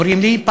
אומרים לי,